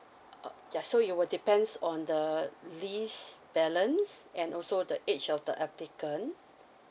uh ya so it will depends on the list balance and also the age of the applicant